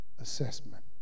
assessment